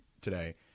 today